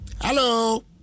Hello